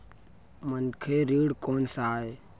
मनखे ऋण कोन स आय?